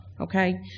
okay